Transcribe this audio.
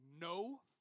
no